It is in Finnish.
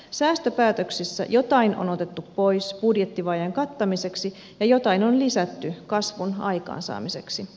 säästöpäätöksissä jotain on otettu pois budjettivajeen kattamiseksi ja jotain on lisätty kasvun aikaansaamiseksi